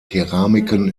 keramiken